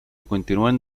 continuen